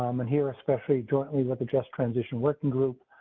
um and here, especially jointly with the just transition working group,